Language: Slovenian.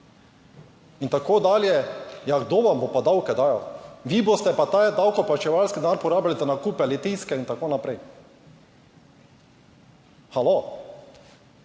in tako dalje, ja kdo vam bo pa davke dajal? Vi boste pa ta davkoplačevalski denar porabili za nakup Litijske in tako naprej. Halo?